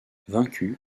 vaincu